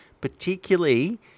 particularly